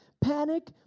Panic